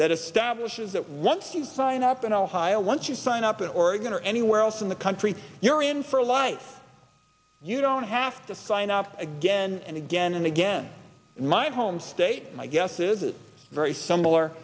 that establishes that once you sign up in ohio once you sign up in oregon or anywhere else in the country you're in for life you don't have to sign up again and again and again in my home state my guess is it's very similar